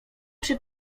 przy